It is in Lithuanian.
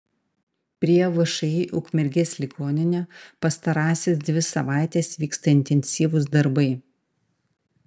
prie všį ukmergės ligoninė pastarąsias dvi savaites vyksta intensyvūs darbai